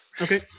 Okay